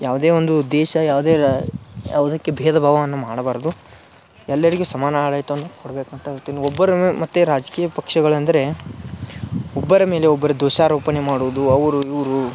ಯಾವುದೇ ಒಂದು ದೇಶ ಯಾವುದೇ ರಾ ಯಾವುದಕ್ಕೆ ಬೇಧ ಭಾವವನ್ನು ಮಾಡಬಾರದು ಎಲ್ಲರಿಗು ಸಮಾನ ಆಡಳಿತವನು ಕೊಡಬೇಕು ಅಂತ ಹೇಳ್ತಿನ್ ಒಬ್ಬರನು ಮತ್ತು ರಾಜಕೀಯ ಪಕ್ಷಗಳಂದರೆ ಒಬ್ಬರ ಮೇಲೆ ಒಬ್ಬರು ದೋಷಾರೋಪಣೆ ಮಾಡುದು ಅವರು ಇವರು